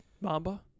Mamba